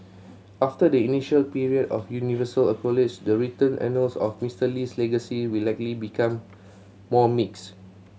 after the initial period of universal accolades the written annals on Mister Lee's legacy will likely become more mixed